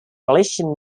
galician